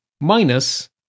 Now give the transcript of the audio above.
minus